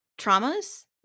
traumas